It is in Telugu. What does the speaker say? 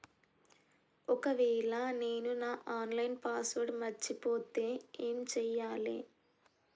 ఒకవేళ నేను నా ఆన్ లైన్ పాస్వర్డ్ మర్చిపోతే ఏం చేయాలే?